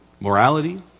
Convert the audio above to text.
Morality